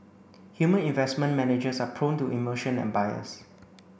human investment managers are prone to emotion and bias